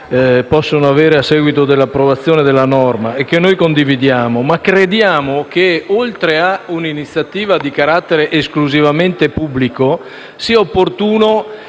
possono avere a seguito dell'approvazione della norma e che noi condividiamo. Crediamo infatti che, oltre a un'iniziativa di carattere esclusivamente pubblico, sia opportuno